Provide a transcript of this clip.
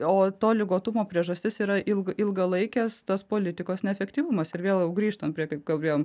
o to ligotumo priežastis yra ilga ilgalaikis tas politikos neefektyvumas ir vėl grįžtam prie kaip kalbėjom